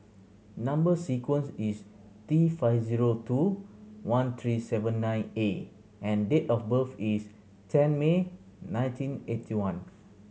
number sequence is T five zero two one three seven nine A and date of birth is ten May nineteen eighty one